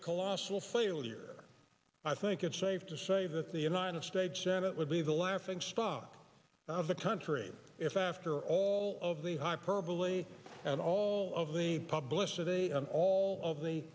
a colossal failure i think it's safe to say that the united states senate would be the laughing stock of the country if after all of the hyperbole and all of the published today all of the